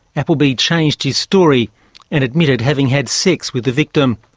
applebee changed his story and admitted having had sex with the victim.